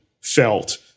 felt